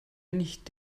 nicht